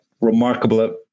remarkable